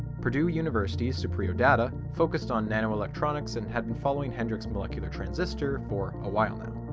purdue university's supriyo datta focused on nano electronics and had been following hendrik's molecular transistor for a while now.